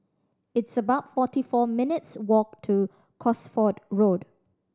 it's about forty four minutes' walk to Cosford Road